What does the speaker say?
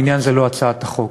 העניין זה לא הצעת החוק,